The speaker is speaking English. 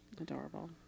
Adorable